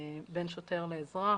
בין שוטר לאזרח,